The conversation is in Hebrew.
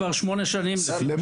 כבר שמונה שנים, זה מה שאתה אומר?